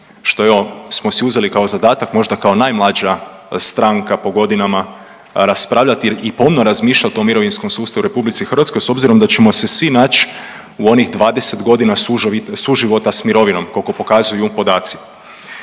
fondove što smo si uzeli kao zadatak možda kao najmlađa stranka po godina raspravljati i pomno razmišljati o mirovinskom sustavu u RH s obzirom da ćemo se svi naći u onih 20 godina suživota s mirovinom koliko pokazuju podaci.